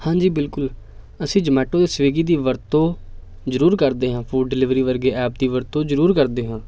ਹਾਂਜੀ ਬਿਲਕੁਲ ਅਸੀਂ ਜੋਮੈਟੋ ਅਤੇ ਸਵਿਗੀ ਦੀ ਵਰਤੋਂ ਜ਼ਰੂਰ ਕਰਦੇ ਹਾਂ ਫੂਡ ਡਿਲੀਵਰੀ ਵਰਗੇ ਐਪ ਦੀ ਵਰਤੋਂ ਜ਼ਰੂਰ ਕਰਦੇ ਹਾਂ